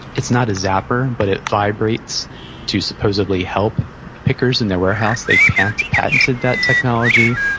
it's not a zapper, but it vibrates to supposedly help pickers in their warehouse they've patented patented that technology.